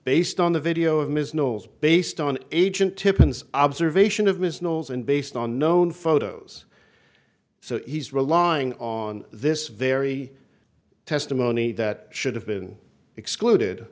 based on the video of ms knowles based on agent tippins observation of ms knowles and based on known photos so he's relying on this very testimony that should have been excluded